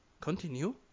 Continue